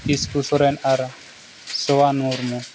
ᱠᱤᱥᱠᱩ ᱥᱚᱨᱮᱱ ᱟᱨ ᱥᱳᱣᱟᱱ ᱢᱩᱨᱢᱩ